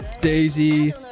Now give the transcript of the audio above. Daisy